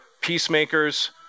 peacemakers